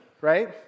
right